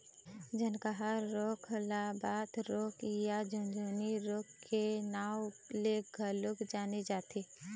झनकहा रोग ल बात रोग या झुनझनी रोग के नांव ले घलोक जाने जाथे